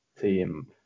team